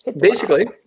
Basically-